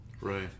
Right